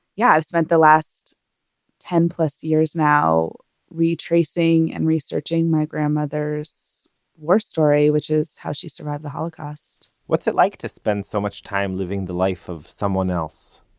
yeah, i've spent the last ten-plus years now retracing and researching my grandmother's war story which is how she survived the holocast. what's it like to spend so much time living the life of someone else?